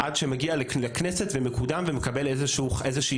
עד שהוא מגיע לכנסת והוא מקודם ומקבל חיות